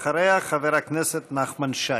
אחריה, חבר הכנסת נחמן שי.